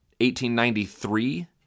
1893